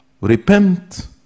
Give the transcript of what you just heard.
Repent